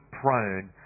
prone